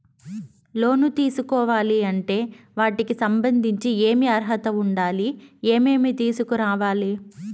లోను తీసుకోవాలి అంటే వాటికి సంబంధించి ఏమి అర్హత ఉండాలి, ఏమేమి తీసుకురావాలి